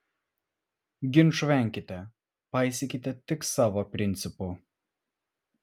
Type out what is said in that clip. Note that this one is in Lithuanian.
ginčų venkite paisykite tik savo principų